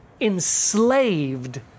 enslaved